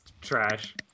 trash